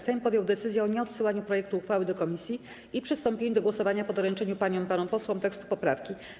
Sejm podjął decyzję o nieodsyłaniu projektu uchwały do komisji i przystąpieniu do głosowania po doręczeniu paniom i panom posłom tekstu poprawki.